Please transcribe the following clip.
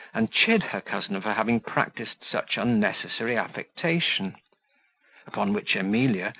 and chid her cousin for having practised such unnecessary affectation upon which, emilia,